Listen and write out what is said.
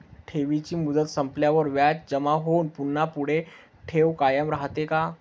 ठेवीची मुदत संपल्यावर व्याज जमा होऊन पुन्हा पुढे ठेव कायम राहते का?